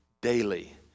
daily